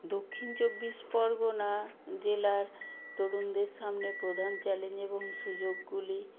দক্ষিণ চব্বিশ পরগনা জেলার তরুণদের সামনে প্রধান চ্যালেঞ্জ এবং সুযোগগুলি